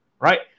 right